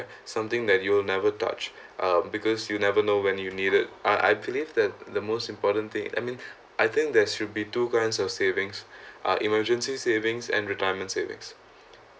something that you will never touch um because you never know when you need it I I believe that the most important thing I mean I think there should be two kind of savings uh emergency savings and retirement savings